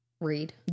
read